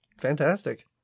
Fantastic